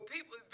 People